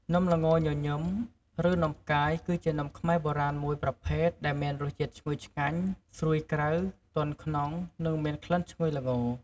នំល្ងញញឹម ឬនំផ្កាយ គឺជានំខ្មែរបុរាណមួយប្រភេទដែលមានរសជាតិឈ្ងុយឆ្ងាញ់ ស្រួយក្រៅ ទន់ក្នុង និងមានក្លិនឈ្ងុយល្ង។